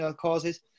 causes